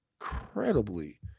incredibly